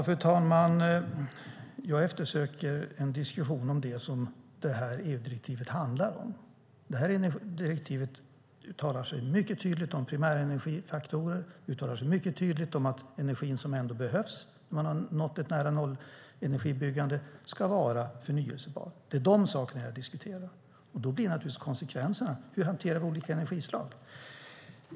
Fru talman! Jag eftersöker en diskussion om det som det här EU-direktivet handlar om. I det här direktivet uttalar man sig mycket tydligt om primärenergifaktorer, man uttalar sig mycket tydligt om att den energi som ändå behövs när vi har nått ett nära-nollenergibyggande ska vara förnybar. Det är de sakerna jag diskuterar. Då blir naturligtvis konsekvenserna att vi frågar hur vi hanterar olika energislag.